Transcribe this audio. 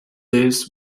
this